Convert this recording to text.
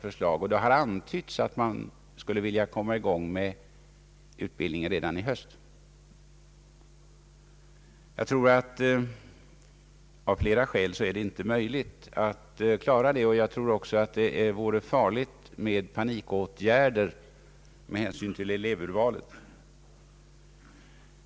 Det har antytts att man skulle vilja komma i gång med utbildningen redan i höst. Jag tror att det av flera skäl inte är möjligt att klara detta, och jag anser att panikåtgärder vore farliga med hänsyn till elevurvalet.